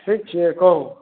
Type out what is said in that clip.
ठीक छियै कहु